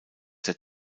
der